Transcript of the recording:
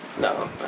No